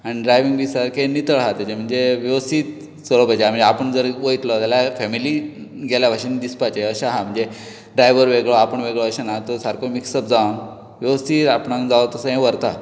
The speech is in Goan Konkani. आनी ड्रायव्हींग बीन सारकें नितळ हा तेजे म्हणजे वेवस्थीत चलोवपाचे म्हणजे आपण जर वयतलो जाल्यार फॅमीली गेल्या बशेन दिसपाचे अशें हा म्हणजे ड्रायवर वेगळो आपण वेगळो अशे ना तो सारको मिक्स अप जावन वेवस्थित आपणांक जावोतसो व्हरता